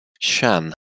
Shan